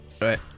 Right